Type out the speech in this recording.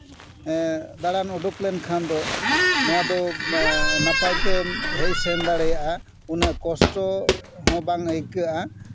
ᱮ ᱫᱟᱬᱟᱱ ᱩᱸᱰᱩᱠ ᱞᱮᱱᱠᱷᱟᱱ ᱫᱚ ᱱᱚᱣᱟ ᱫᱚ ᱱᱟᱯᱟᱭ ᱛᱮ ᱦᱮᱡ ᱥᱮᱱ ᱫᱟᱲᱮᱭᱟᱜᱼᱟ ᱩᱱᱟᱹᱜ ᱠᱚᱥᱴᱚ ᱱᱚᱣᱟ ᱵᱟᱝ ᱟᱹᱭᱠᱟᱹᱜᱼᱟ